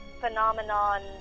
phenomenon